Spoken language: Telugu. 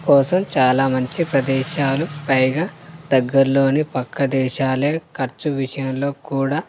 కోసం చాలా మంచి ప్రదేశాలు పైగా దగ్గరలోని పక్క దేశాలే ఖర్చు విషయంలో కూడా